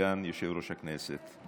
כסגן יושב-ראש הכנסת.